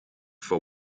for